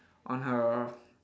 on her